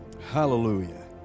hallelujah